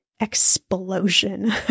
explosion